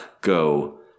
go